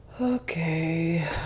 Okay